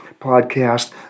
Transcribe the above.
podcast